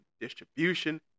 distribution